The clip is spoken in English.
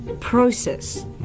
process